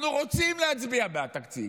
אנחנו רוצים להצביע בעד התקציב.